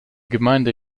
gemeinde